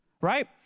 right